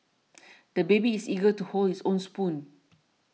the baby is eager to hold his own spoon